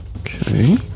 Okay